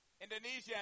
Indonesia